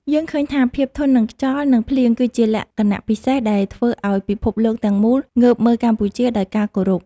យើងឃើញថាភាពធន់នឹងខ្យល់ និង ភ្លៀងគឺជាលក្ខណៈពិសេសដែលធ្វើឱ្យពិភពលោកទាំងមូលងើបមើលកម្ពុជាដោយការគោរព។